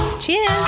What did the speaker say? Cheers